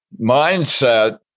mindset